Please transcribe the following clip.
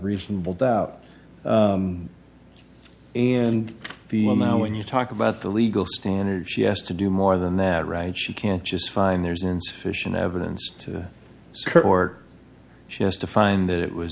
reasonable doubt and the woman when you talk about the legal standard she has to do more than that right she can't just find there's insufficient evidence to support she has to find that it was